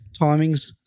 timings